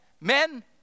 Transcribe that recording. men